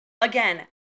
Again